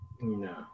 No